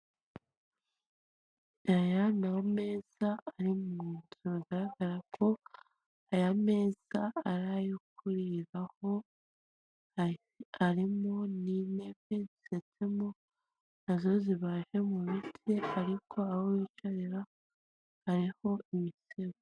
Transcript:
Aya n'ameza ari mu nzu, bigaragara ko aya meza ari ayokuriho arimo n'intebe nazo zibaje mu biti ariko aho bicarira hariho imisego.